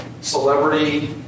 celebrity